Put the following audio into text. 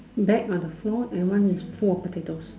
bag on the floor and one is full of potatoes